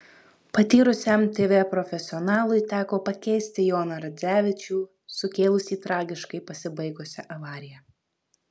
patyrusiam tv profesionalui teko pakeisti joną radzevičių sukėlusį tragiškai pasibaigusią avariją